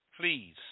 please